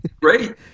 great